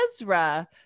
Ezra